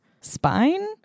spine